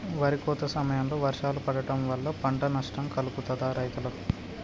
వరి కోత సమయంలో వర్షాలు పడటం వల్ల పంట నష్టం కలుగుతదా రైతులకు?